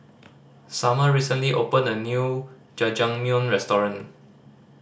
Summer recently opened a new Jajangmyeon Restaurant